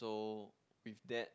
so with that